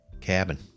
cabin